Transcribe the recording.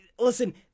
listen